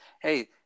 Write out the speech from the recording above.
Hey